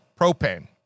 propane